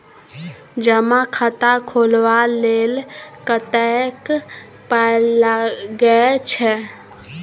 जमा खाता खोलबा लेल कतेक पाय लागय छै